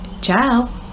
Ciao